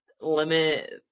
limit